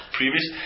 previous